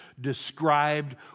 described